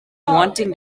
wanting